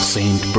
Saint